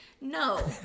No